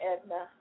Edna